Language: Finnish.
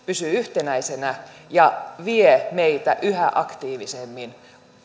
pysyy yhtenäisenä ja vie meitä yhä aktiivisemmin